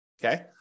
Okay